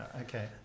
Okay